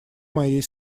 моей